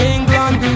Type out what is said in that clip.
England